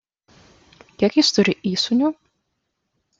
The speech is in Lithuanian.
kiek jis turi įsūnių